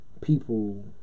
People